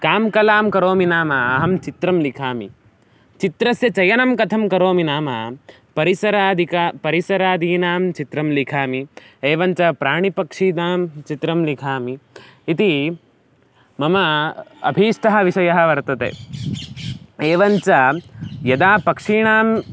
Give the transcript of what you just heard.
कां कलां करोमि नाम अहं चित्रं लिखामि चित्रस्य चयनं कथं करोमि नाम परिसरादिकं परिसरादीनां चित्रं लिखामि एवं च प्राणिपक्षीनां चित्रं लिखामि इति मम अभीष्टः विषयः वर्तते एवं च यदा पक्षीणां